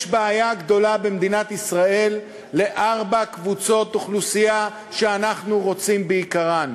יש בעיה גדולה במדינת ישראל לארבע קבוצות אוכלוסייה שאנחנו רוצים ביקרן: